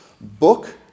book